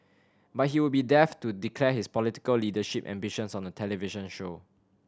but he would be daft to declare his political leadership ambitions on a television show